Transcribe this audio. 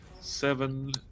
Seven